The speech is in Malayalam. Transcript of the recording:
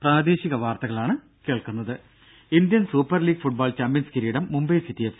ദേദ ഇന്ത്യൻ സൂപ്പർലീഗ് ഫുട്ബോൾ ചാമ്പ്യൻസ് കിരീടം മുംബൈ സിറ്റി എഫ്